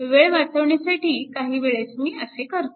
वेळ वाचविण्यासाठी काही वेळेस मी असे करतो